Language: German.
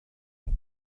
auch